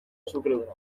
azukredunak